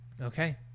Okay